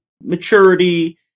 maturity